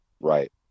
Right